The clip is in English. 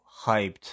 hyped